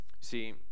See